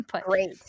Great